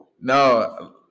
No